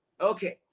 Okay